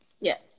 Yes